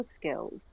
skills